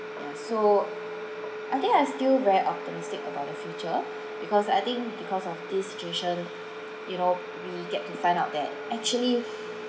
yeah so I think I still very optimistic about the future because I think because of this situation you know you get to find out that actually